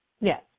Yes